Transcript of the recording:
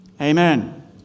Amen